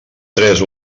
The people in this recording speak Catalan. tres